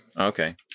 Okay